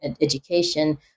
education